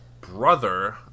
brother